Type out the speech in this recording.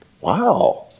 wow